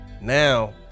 now